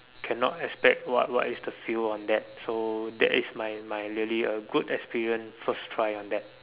cannot expect what what is the feel on that so that is my my really a good experience first try on that